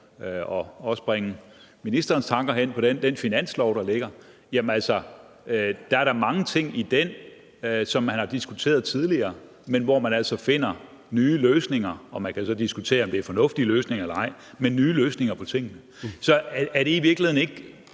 og også bringe ministerens tanker hen på den, altså den finanslov, der ligger: Jamen der er da mange ting i den, som man har diskuteret tidligere, men hvor man altså finder nye løsninger på tingene, og man kan så diskutere, om det er fornuftige løsninger eller ej. Så er det i virkeligheden ikke